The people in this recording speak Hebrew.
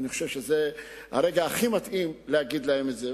ואני חושב שזה הרגע הכי מתאים להגיד להם את זה.